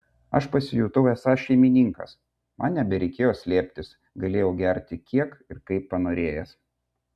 aš pasijutau esąs šeimininkas man nebereikėjo slėptis galėjau gerti kiek ir kaip panorėjęs